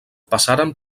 passaren